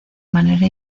manera